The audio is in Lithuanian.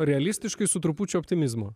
realistiškai su trupučiu optimizmo